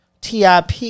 TIP